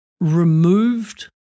removed